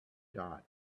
dot